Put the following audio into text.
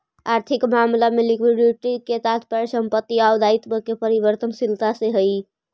आर्थिक मामला में लिक्विडिटी के तात्पर्य संपत्ति आउ दायित्व के परिवर्तनशीलता से हई